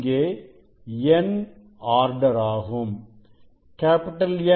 இங்கே n order ஆகும்